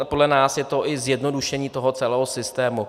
Podle nás je to i zjednodušení celého systému.